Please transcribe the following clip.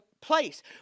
place